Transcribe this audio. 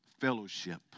fellowship